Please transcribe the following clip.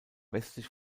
westlich